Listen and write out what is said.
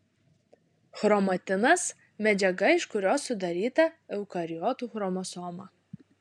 chromatinas medžiaga iš kurios sudaryta eukariotų chromosoma